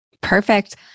Perfect